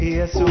Yes